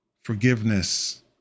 forgiveness